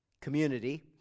community